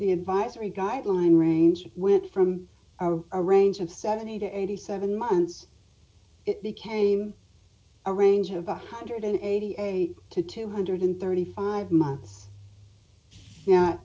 the advisory guideline range went from are a range of seventy to eighty seven months it became a range of one hundred and eighty eight two thousand two hundred and thirty five months now